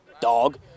dog